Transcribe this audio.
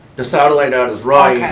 the satellite address, right,